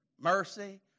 mercy